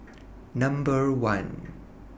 Number one